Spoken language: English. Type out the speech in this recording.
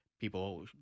people